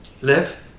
live